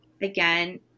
again